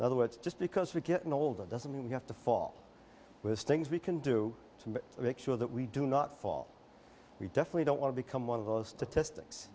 in other words just because you're getting older doesn't mean you have to fall was things we can do to make sure that we do not fall we definitely don't want to become one of those statistics